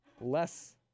less